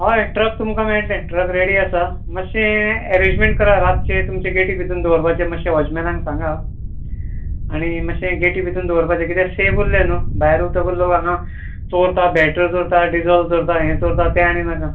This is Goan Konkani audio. हय ट्रक तुमकां मेळटले ट्रक रेडी आसा मातशें एरेंजमेंट करा रातचें तुमचे गेटी भितर दवरपाचे मातशें वॉचमेनाक सांगा आनी मातशें गेटी भितून दवरपाचें कित्याक सेफ उरले न्हू भायर उरतकूच लोक हांगा चोरता बेटरी चोरता डिजल चोरता हें चोरता तें आनी नाका